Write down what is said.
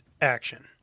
action